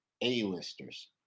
A-listers